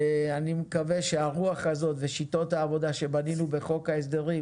אני מקווה שהרוח הזאת ושיטות העבודה שבנינו בחוק ההסדרים